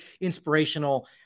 inspirational